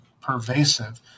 pervasive